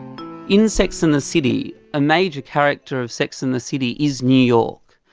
in sex and the city, a major character of sex and the city is new york.